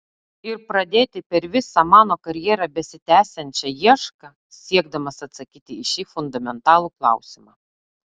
ir pradėti per visą mano karjerą besitęsiančią iešką siekdamas atsakyti į šį fundamentalų klausimą